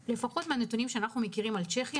מהנתונים שאנחנו מכירים על צ'כיה,